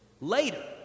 Later